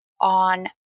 on